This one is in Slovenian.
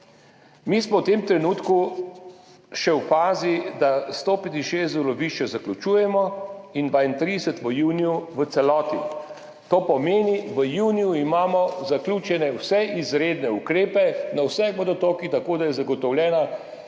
Mi smo v tem trenutku še v fazi, da 165 delovišč še zaključujemo in 32 v juniju v celoti, to pomeni, v juniju imamo zaključene vse izredne ukrepe na vseh vodotokih, tako da je zagotovljena